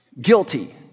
guilty